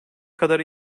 kadar